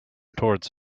towards